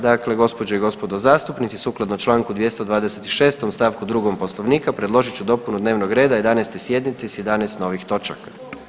Dakle gospođe i gospodo zastupnici sukladno čl. 226. st. 2. poslovnika predložit ću dopunu dnevnog reda 11. sjednice s 11 novih točaka.